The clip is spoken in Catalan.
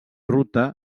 ruta